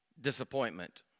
disappointment